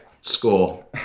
score